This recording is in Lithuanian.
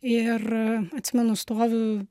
ir atsimenu stoviu